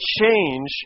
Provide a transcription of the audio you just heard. change